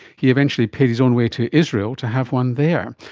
he eventually paid his own way to israel to have one there.